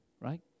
right